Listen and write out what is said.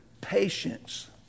patience